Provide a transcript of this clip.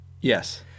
Yes